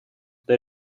they